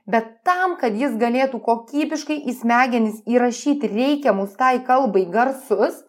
bet tam kad jis galėtų kokybiškai į smegenis įrašyti reikiamus tai kalbai garsus